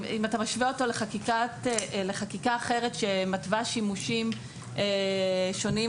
אם אתה משווה אותו לחקיקה אחרת שמתווה שימושים שונים,